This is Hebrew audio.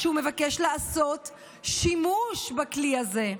כשהוא מבקש לעשות שימוש בכלי ביקורת זה,